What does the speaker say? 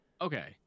Okay